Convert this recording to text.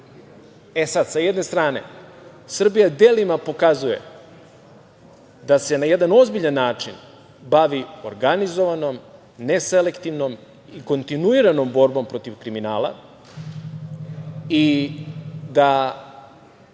sada, sa jedne strane, Srbija delima pokazuje da se na jedan ozbiljan način bavi organizovanom, neselektivnom i kontinuiranom borbom protiv kriminala i da